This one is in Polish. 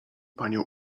panią